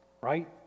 right